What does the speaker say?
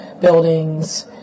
buildings